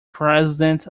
president